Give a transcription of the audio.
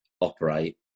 operate